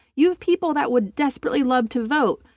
you have people that would desperately love to vote,